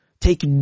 take